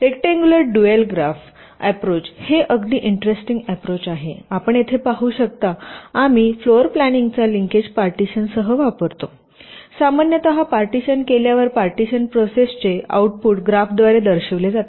rectangular dual graph आप्रोचहे अगदी interesting approach आहे आपण येथे पाहू शकता आम्ही फ्लोर प्लानिंगचा लिंकेज पार्टिशनसह वापरतो सामान्यत पार्टिशन केल्यावर पार्टिशन प्रोसेसचे आऊटपुट ग्राफद्वारे दर्शविले जाते